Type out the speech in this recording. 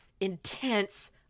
intense